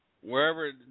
Wherever